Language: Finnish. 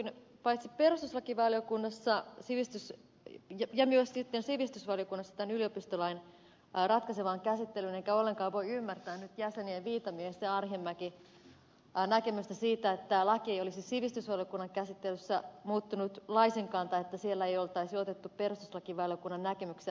osallistuin paitsi perustuslakivaliokunnassa myös sivistysvaliokunnassa tämän yliopistolain ratkaisevaan käsittelyyn enkä ollenkaan voi ymmärtää nyt jäsenten viitamies ja arhinmäki näkemystä siitä että tämä laki ei olisi sivistysvaliokunnan käsittelyssä muuttunut laisinkaan tai että siellä ei oltaisi otettu perustuslakivaliokunnan näkemyksiä huomioon